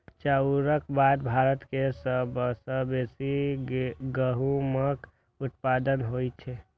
चाउरक बाद भारत मे सबसं बेसी गहूमक उत्पादन होइ छै